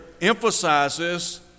emphasizes